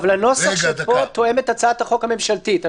הנוסח שפה תואם את הצעת החוק הממשלתית.